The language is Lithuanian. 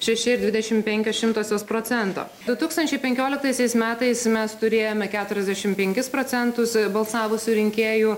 šeši ir dvidešimt penkios šimtosios procento du tūkstančiai penkioliktaisiais metais mes turėjome keturiasdešimt penkis procentus balsavusių rinkėjų